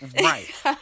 Right